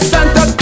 Santa